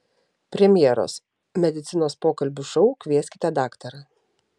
premjeros medicinos pokalbių šou kvieskite daktarą